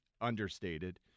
understated